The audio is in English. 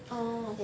orh